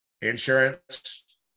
Insurance